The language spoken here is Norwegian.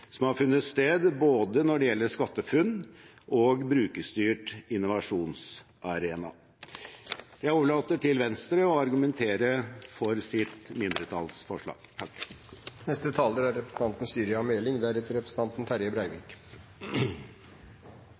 som har funnet sted, både når det gjelder SkatteFUNN og Brukerstyrt innovasjonsarena. Jeg overlater til Venstre å argumentere for sitt mindretallsforslag.